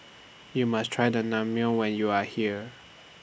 YOU must Try The Naengmyeon when YOU Are here